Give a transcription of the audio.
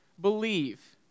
believe